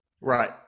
Right